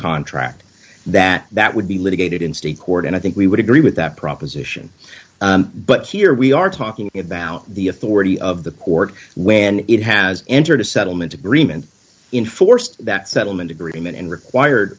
contract that that would be litigated in state court and i think we would agree with that proposition but here we are talking about the authority of the court when it has entered a settlement agreement inforced that settlement agreement and required